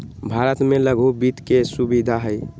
भारत में लघु वित्त के सुविधा हई